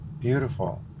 Beautiful